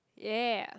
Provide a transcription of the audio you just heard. ya